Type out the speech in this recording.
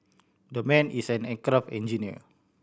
that man is an aircraft engineer